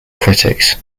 critics